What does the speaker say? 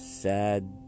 sad